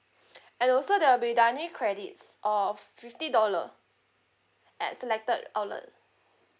and also there will be dining credits of fifty dollar at selected outlet